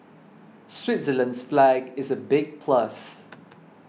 Switzerland's flag is a big plus